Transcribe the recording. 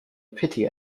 pity